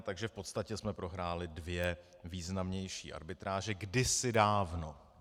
Takže v podstatě jsme prohráli dvě významnější arbitráže, kdysi dávno.